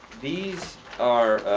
these are